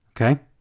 Okay